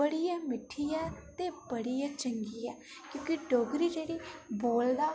बड़ी गै मिट्ठी ऐ ते बड़ी गै चंगी ऐ क्योंकि डोगरी जेह्ड़ा बोलदा